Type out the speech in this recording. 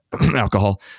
Alcohol